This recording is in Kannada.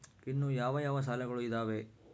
ಇನ್ನು ಯಾವ ಯಾವ ಸಾಲಗಳು ಇದಾವೆ?